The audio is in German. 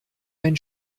ein